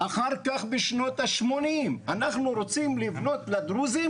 אחר כך בשנות השמונים 'אנחנו רוצים לבנות לדרוזים